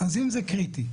אם זה קריטי,